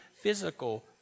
physical